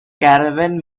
caravan